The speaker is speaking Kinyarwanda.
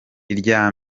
irya